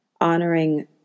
honoring